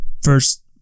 first